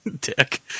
dick